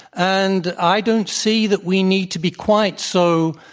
and i don't see that we need to be quite so,